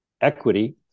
equity